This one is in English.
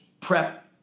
prep